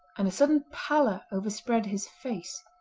and a sudden pallor overspread his face.